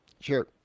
Sure